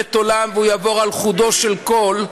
מלחמת עולם והוא יעבור על חודו של קול.